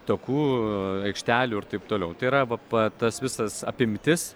takų aikštelių ir taip toliau tai yra va pa tas visas apimtis